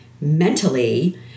mentally